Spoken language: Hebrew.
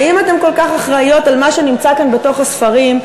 ואם אתן כל כך אחראיות למה שנמצא כאן בתוך הספרים,